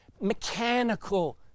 mechanical